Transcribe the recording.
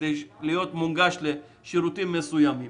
להיות מונגש לשירותים מסוימים.